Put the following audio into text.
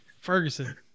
Ferguson